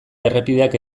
errepideak